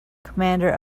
commander